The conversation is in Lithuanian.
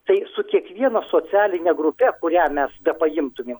tai su kiekviena socialine grupe kurią mes paimtumėm